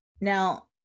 Now